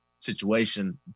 Situation